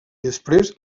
després